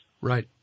Right